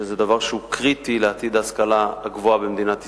שזה דבר שהוא קריטי לעתיד ההשכלה הגבוהה במדינת ישראל.